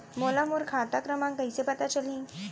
मोला मोर खाता क्रमाँक कइसे पता चलही?